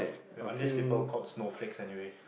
the underage people called snowflakes anyway